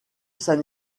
saint